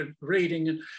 reading